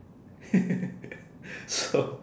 so